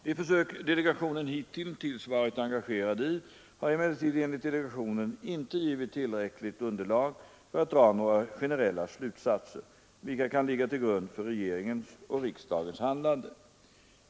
De försök delegationen hitintills varit engagerad i har emellertid enligt delegationen inte givit tillräckligt underlag för att dra några generella slutsatser, vilka kan ligga till grund för regeringens och riksdagens handlande.